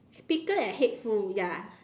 speaker and headphones ya